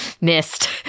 missed